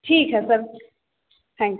ठीक है sir thank